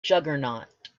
juggernaut